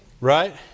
Right